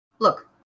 Look